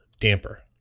damper